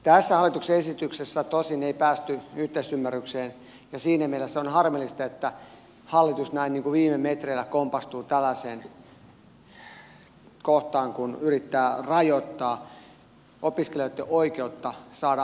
tässä hallituksen esityksessä tosin ei päästy yhteisymmärrykseen ja siinä mielessä on harmillista että hallitus näin viime metreillä kompastuu tällaiseen kohtaan kun yrittää rajoittaa opiskelijoitten oikeutta saada ammatti itselleen